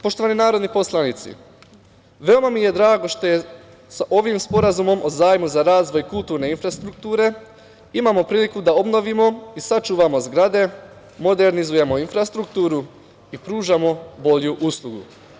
Poštovani narodni poslanici, veoma mi je drago što je sa ovim Sporazumom o zajmu za razvoj kulturne infrastrukture imamo priliku da obnovimo i sačuvamo zgrade, modernizujemo infrastrukturu i pružamo bolju uslugu.